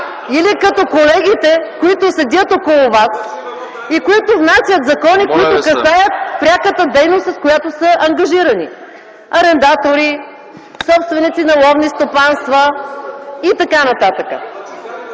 Или като колегите, които седят около Вас и които внасят закони, които касаят пряката дейност с която са ангажирани – арендатори, собственици на ловни стопанства и т.н.